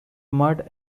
mud